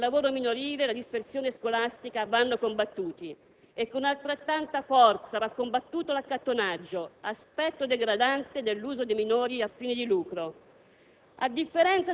Per questo il lavoro minorile e la dispersione scolastica vanno combattuti. E con altrettanta forza va combattuto l'accattonaggio, aspetto degradante dell'uso di minori a fini di lucro.